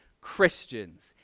Christians